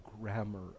grammar